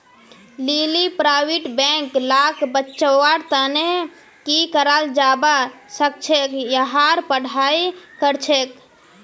लीली private bank लाक बचव्वार तने की कराल जाबा सखछेक यहार पढ़ाई करछेक